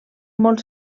molt